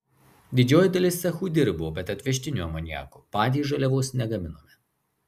didžioji dalis cechų dirbo bet atvežtiniu amoniaku patys žaliavos negaminome